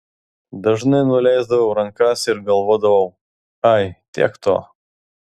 dažnai nuleisdavau rankas ir galvodavau ai tiek to